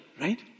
right